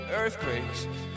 earthquakes